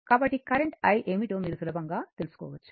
కాబట్టి current i ఏమిటో మీరు సులభంగా తెలుసుకోవచ్చు